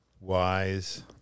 wise